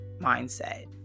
mindset